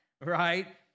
Right